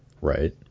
Right